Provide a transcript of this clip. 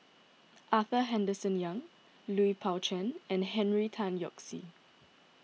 Arthur Henderson Young Lui Pao Chuen and Henry Tan Yoke See